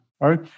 right